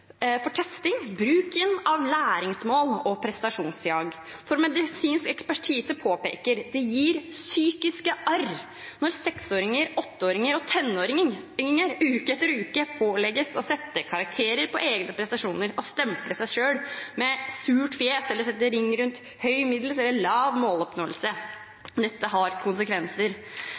for testing, bruken av læringsmål og prestasjonsjag. Medisinsk ekspertise påpeker at det gir psykiske arr når seksåringer, åtteåringer og tenåringer uke etter uke pålegges å sette karakterer på egne prestasjoner og stemple seg selv med surt fjes eller ved å sette ring rundt «høy», «middels» eller «lav» måloppnåelse. Dette har konsekvenser.